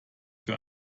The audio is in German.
für